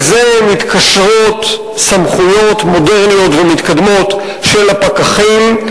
לזה מתקשרות סמכויות מודרניות ומתקדמות של הפקחים,